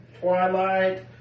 twilight